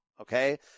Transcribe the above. Okay